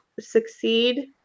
succeed